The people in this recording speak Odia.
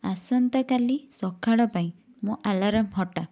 ଆସନ୍ତାକାଲି ସକାଳ ପାଇଁ ମୋ ଆଲାର୍ମ ହଟା